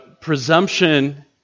presumption